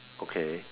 okay